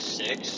six